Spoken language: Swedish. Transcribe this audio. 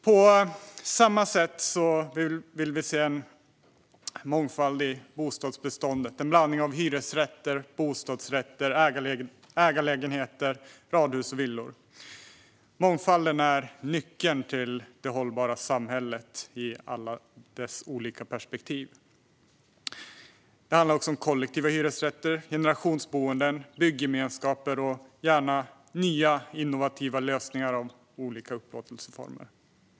På samma sätt vill vi se en mångfald i bostadsbeståndet, en blandning av hyresrätter, bostadsrätter, ägarlägenheter, radhus och villor. Mångfalden är nyckeln till det hållbara samhället i alla dess olika perspektiv. Det handlar också om kollektiva hyresrätter, generationsboenden, byggemenskaper och gärna nya innovativa lösningar i fråga om olika upplåtelseformer.